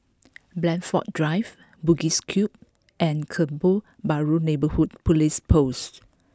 Blandford Drive Bugis Cube and Kebun Baru Neighbourhood Police Post